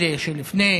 אלה שלפני